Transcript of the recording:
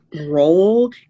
role